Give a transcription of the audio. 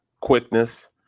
quickness